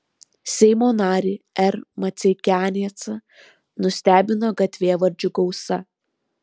seimo narį r maceikianecą nustebino gatvėvardžių gausa